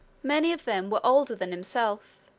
many of them were older than himself,